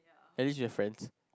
at least you have friends